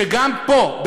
שגם פה,